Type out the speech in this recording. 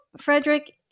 Frederick